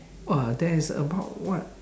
!wah! there is about what